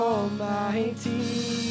Almighty